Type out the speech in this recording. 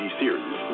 series